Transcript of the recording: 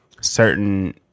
certain